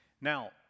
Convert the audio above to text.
Now